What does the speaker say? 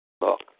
Look